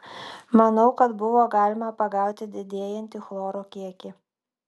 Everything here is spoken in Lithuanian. manau kad buvo galima pagauti didėjantį chloro kiekį